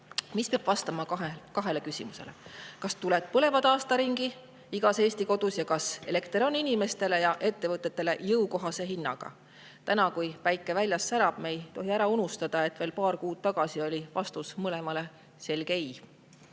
aga peab vastama kahele küsimusele: kas tuled põlevad aasta ringi igas Eesti kodus ja kas elekter on inimestele ja ettevõtetele jõukohase hinnaga? Täna, kui päike väljas särab, me ei tohi ära unustada, et veel paar kuud tagasi oli vastus mõlemale küsimusele